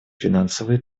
финансовые